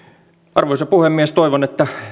arvoisa puhemies toivon että